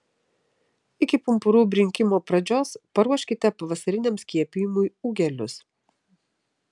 iki pumpurų brinkimo pradžios paruoškite pavasariniam skiepijimui ūgelius